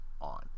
on